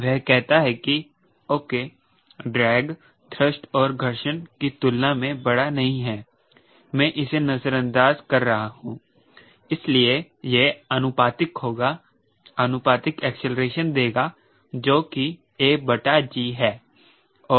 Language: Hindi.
वह कहता हैं कि ओके ड्रैग थ्रस्ट और घर्षण फोर्स की तुलना में बड़ा नहीं है ओके मैं इसे नजरअंदाज कर रहा हूं इसलिए यह आनुपातिक होगा आनुपातिक एक्सेलरेशन देगा जो कि a बटा g है